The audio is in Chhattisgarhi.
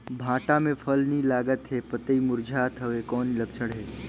भांटा मे फल नी लागत हे पतई मुरझात हवय कौन लक्षण हे?